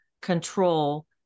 control